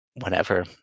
whenever